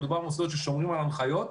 מדובר על מוסדות ששומרים על ההנחיות,